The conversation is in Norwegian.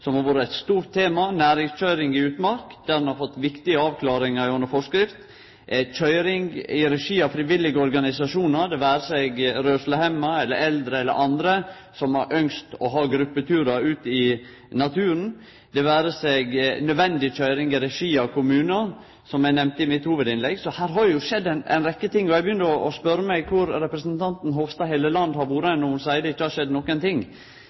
som har vore eit stort tema, der ein har fått viktige avklaringar gjennom forskrift, køyring i regi av frivillige organisasjonar, det vere seg rørslehemma, eldre eller andre, som har ynskt å ha gruppeturar ut i naturen, og nødvendig køyring i regi av kommunar, som eg nemnde i mitt hovudinnlegg. Så her har det skjedd ei rekkje ting. Eg begynner å spørje meg kvar representanten Hofstad Helleland har vore, når ho seier at det ikkje har skjedd nokon ting.